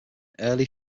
early